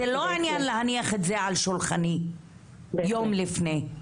זה לא עניין להניח את זה על שולחני יום לפני.